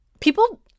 people